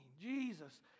Jesus